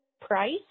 price